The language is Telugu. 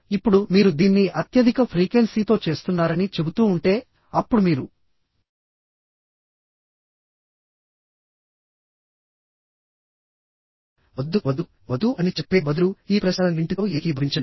ఇప్పుడు మీరు దీన్ని అత్యధిక ఫ్రీక్వెన్సీతో చేస్తున్నారని చెబుతూ ఉంటే అప్పుడు మీరు వద్దు వద్దు వద్దు అని చెప్పే బదులు ఈ ప్రశ్నలన్నింటితో ఏకీభవించండి